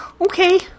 okay